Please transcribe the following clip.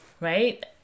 right